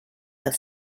the